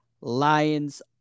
Lions